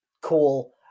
Cool